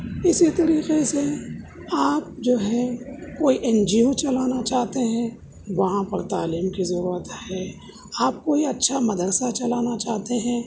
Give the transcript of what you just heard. اسی طریقے سے آپ جو ہے کوئی این جی او چلانا چاہتے ہیں وہاں پر تعلیم کی ضرورت ہے آپ کوئی اچھا مدرسہ چلانا چاہتے ہیں